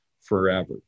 forever